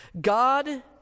God